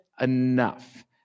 enough